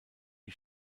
die